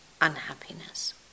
unhappiness